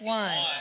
one